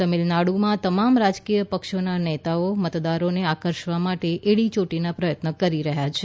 તમિળનાડુમાં તમામ રાજકીય પક્ષોના નેતાઓ મતદારોને આકર્ષવા માટે એડી ચોટીના પ્રયત્નો કરી રહ્યા છે